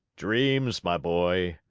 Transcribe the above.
dreams, my boy!